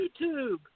YouTube